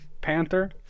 panther